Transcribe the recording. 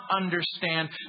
understand